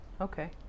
Okay